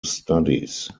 studies